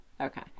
Okay